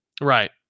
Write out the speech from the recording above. Right